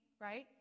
right